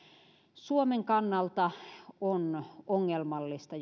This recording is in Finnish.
suomen kannalta on ongelmallista